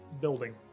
building